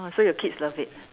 ah so your kids love it